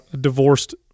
divorced